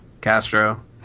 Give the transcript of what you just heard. Castro